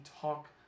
talk